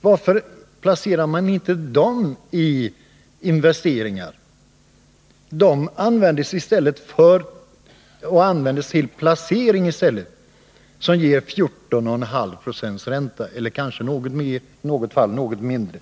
Varför placerar man inte dessa pengar i investeringar? De används i stället till placering, som ger 14,5 96 eller kanske något mer, i något fall mindre.